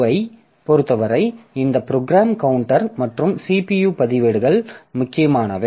CPU ஐப் பொருத்தவரை இந்த ப்ரோக்ராம் கவுண்டர் மற்றும் CPU பதிவேடுகள் முக்கியமானவை